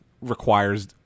requires